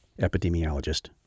epidemiologist